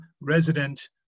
resident